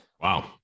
Wow